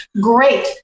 Great